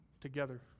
together